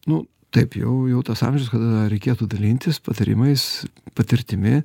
nu taip jau jau tas amžius kada reikėtų dalintis patarimais patirtimi